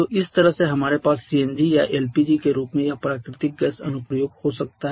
तो इस तरह से हमारे पास सीएनजी या एलपीजी के रूप में यह प्राकृतिक गैस अनुप्रयोग हो सकता है